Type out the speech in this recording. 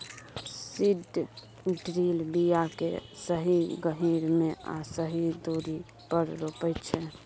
seed drill बीया केँ सही गहीर मे आ सही दुरी पर रोपय छै